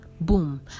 boom